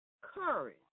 courage